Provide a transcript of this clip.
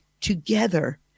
together